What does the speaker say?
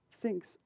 thinks